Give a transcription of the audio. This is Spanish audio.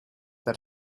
del